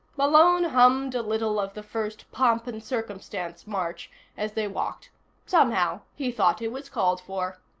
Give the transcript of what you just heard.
malone hummed a little of the first pomp and circumstance march as they walked somehow, he thought it was called for.